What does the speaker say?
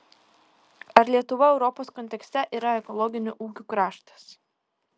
ar lietuva europos kontekste yra ekologinių ūkių kraštas